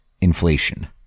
inflation